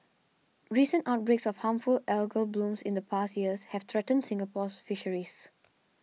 recent outbreaks of harmful algal blooms in the past years have threatened Singapore's Fisheries